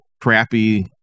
crappy